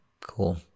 cool